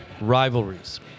rivalries